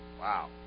Wow